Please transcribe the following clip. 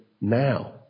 Now